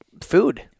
food